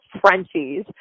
Frenchies